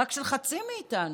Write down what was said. רק של חצי מאיתנו,